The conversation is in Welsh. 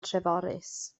treforys